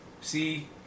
see